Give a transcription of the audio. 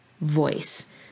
voice